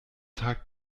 tag